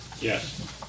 Yes